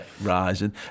rising